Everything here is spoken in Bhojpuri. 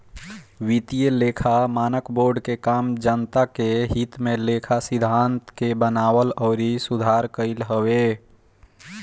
वित्तीय लेखा मानक बोर्ड के काम जनता के हित में लेखा सिद्धांत के बनावल अउरी सुधार कईल हवे